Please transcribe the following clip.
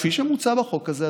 כפי שמוצע בחוק הזה,